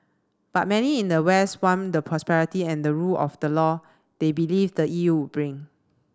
but many in the west want the prosperity and the rule of the law they believe the E U would bring